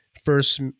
first